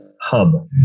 hub